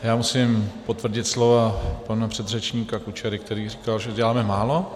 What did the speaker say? Já musím potvrdit slova pana předřečníka Kučery, který říkal, že děláme málo.